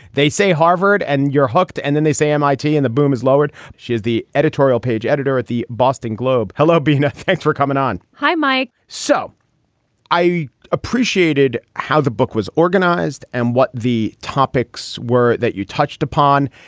they say harvard and you're hooked. and then they say m i t. and the boom is lowered. she is the editorial page editor at the boston globe. hello, bina. thanks for coming on. hi, mike. so i appreciated how the book was organized and what the topics were that you touched upon.